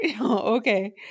Okay